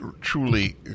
truly